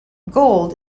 gold